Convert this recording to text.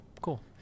cool